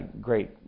great